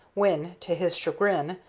when, to his chagrin,